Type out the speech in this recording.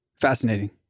Fascinating